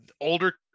older